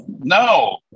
No